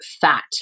fat